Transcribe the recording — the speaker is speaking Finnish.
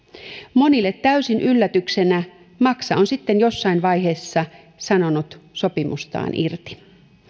monille täysin yllätyksenä maksa on sitten jossain vaiheessa sanonut sopimustaan irti